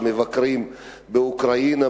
שמבקרים באוקראינה,